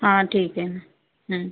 हां ठीक आहे हं